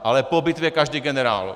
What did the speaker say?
Ale po bitvě každý generál.